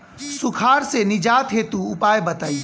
सुखार से निजात हेतु उपाय बताई?